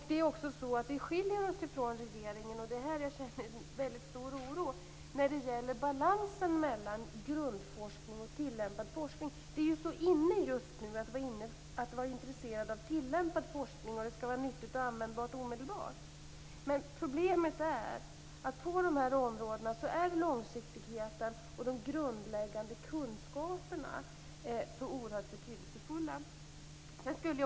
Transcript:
Det är också så att vi skiljer oss ifrån regeringen när det gäller balansen mellan grundforskning och tillämpad forskning, och jag känner en väldigt stor oro över detta. Det är ju inne just nu att vara intresserad av tillämpad forskning. Den skall vara nyttig och användbar omedelbart. Men problemet är att på dessa områden är långsiktigheten och de grundläggande kunskaperna så oerhört betydelsefulla.